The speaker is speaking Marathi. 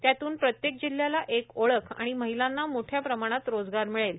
त्यातून प्रत्येक जिल्ह्याला एक ओळख आणि महिलांना मोठ्या प्रमाणात रोजगार मिळेल